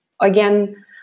again